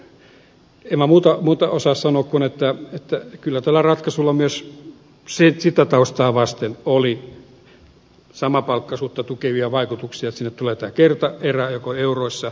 en mi nä muuta osaa sanoa kuin että kyllä tällä ratkaisulla myös sitä taustaa vasten oli samapalkkaisuutta tukevia vaikutuksia että sinne tulee tämä kertaerä euroissa